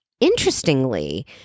Interestingly